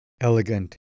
elegant